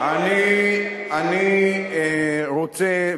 אני רוצה,